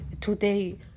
today